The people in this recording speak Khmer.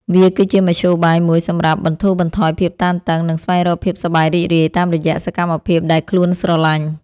វាគឺជាមធ្យោបាយមួយសម្រាប់បន្ធូរបន្ថយភាពតានតឹង និងស្វែងរកភាពសប្បាយរីករាយតាមរយៈសកម្មភាពដែលខ្លួនស្រឡាញ់។